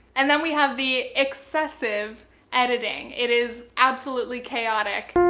and then we have the excessive editing. it is absolutely chaotic.